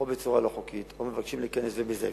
בצורה לא חוקית או שמבקשים להיכנס ומזייפים,